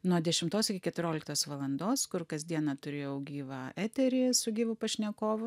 nuo dešimtos iki keturioliktos valandos kur kas dieną turėjau gyvą eterį su gyvu pašnekovu